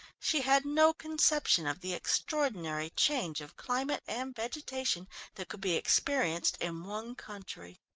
she had no conception of the extraordinary change of climate and vegetation that could be experienced in one country.